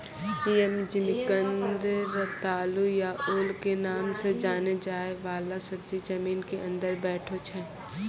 यम, जिमिकंद, रतालू या ओल के नाम सॅ जाने जाय वाला सब्जी जमीन के अंदर बैठै छै